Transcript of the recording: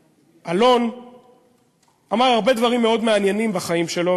אלון אמר הרבה דברים מאוד מעניינים בחיים שלו.